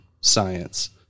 science